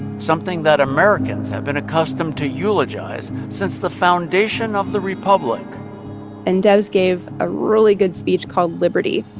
something that americans have been accustomed to eulogize since the foundation of the republic and debs gave a really good speech called liberty.